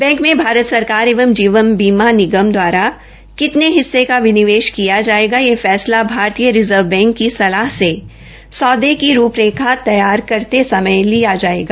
bank में भारत सरकार एवं जीवन बीमा निगम दवारा कितने हिस्से का विनिवेश किया जायेगा यह फैसला भारतीय रिज़र्व बैंक की सलाह से सौदे की रूप रेखा तय करते समय लिया जायेगा